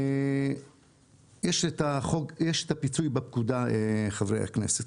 יש את הפיצוי בפקודה חברי הכנסת,